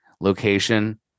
location